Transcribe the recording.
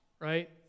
right